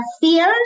fears